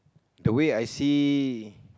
the way I see